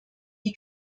die